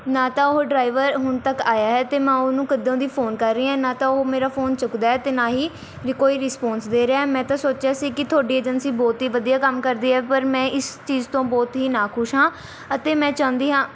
ਨਾ ਤਾਂ ਉਹ ਡਰਾਈਵਰ ਹੁਣ ਤੱਕ ਆਇਆ ਹੈ ਅਤੇ ਮੈਂ ਉਹਨੂੰ ਕਦੋਂ ਦੀ ਫੋਨ ਕਰ ਰਹੀ ਹਾਂ ਨਾ ਤਾਂ ਉਹ ਮੇਰਾ ਫੋਨ ਚੁੱਕਦਾ ਹੈ ਅਤੇ ਨਾ ਹੀ ਰਿ ਕੋਈ ਰਿਸਪੌਂਸ ਦੇ ਰਿਹਾ ਹੈ ਮੈਂ ਤਾਂ ਸੋਚਿਆ ਸੀ ਕਿ ਤੁਹਾਡੀ ਏਜੰਸੀ ਬਹੁਤ ਹੀ ਵਧੀਆ ਕੰਮ ਕਰਦੀ ਹੈ ਪਰ ਮੈਂ ਇਸ ਚੀਜ਼ ਤੋਂ ਬਹੁਤ ਹੀ ਨਾਖੁਸ਼ ਹਾਂ ਅਤੇ ਮੈਂ ਚਾਹੁੰਦੀ ਹਾਂ